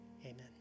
Amen